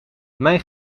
mijn